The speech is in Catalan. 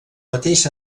mateix